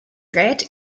rät